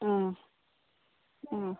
ಹ್ಞೂ ಹ್ಞೂ